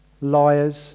liars